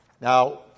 Now